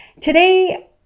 today